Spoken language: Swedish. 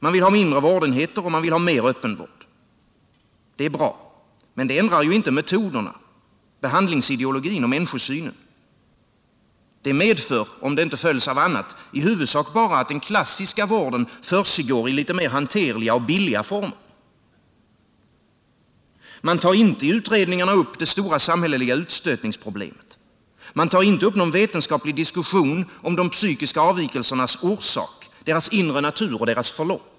Man vill ha mindre vårdenheter och man vill ha mer öppenvård. Det är bra, men det ändrar ju inte metoderna, behandlingsideologin och människosynen. Det medför, om det inte följs av annat, i huvudsak bara att den klassiska vården försiggår i lite mera hanterliga och billiga former. Man tar inte i utredningarna upp det stora samhälleliga utstötningsproblemet. Man tar inte upp någon vetenskaplig diskussion om de psykiska avvikelsernas orsak, deras inre natur och förlopp.